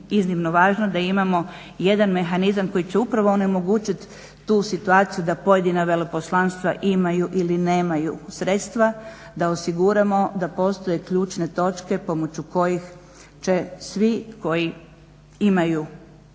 iznimno važno da imamo jedan mehanizam koji će upravo onemogućit tu situaciju da pojedina veleposlanstva imaju ili nemaju sredstva da osiguramo da postoje ključne točke pomoću kojih će svi koji imaju volje,